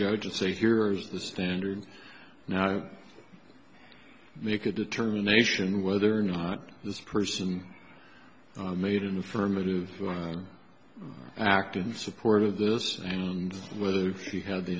judge say here's the standard now make a determination whether or not this person made an affirmative act in support of this and whether if he had the